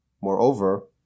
Moreover